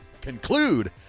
conclude